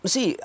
See